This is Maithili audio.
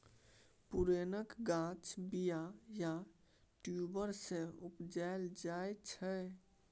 पुरैणक गाछ बीया या ट्युबर सँ उपजाएल जाइ छै